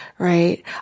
Right